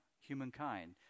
humankind